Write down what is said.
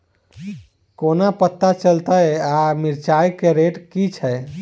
कोना पत्ता चलतै आय मिर्चाय केँ रेट की छै?